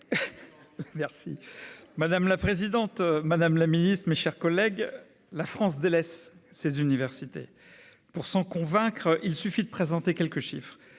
Madame la présidente, madame la ministre, mes chers collègues, la France délaisse ses universités. Pour s'en convaincre, il suffit d'examiner quelques chiffres.